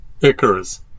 Icarus